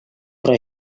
però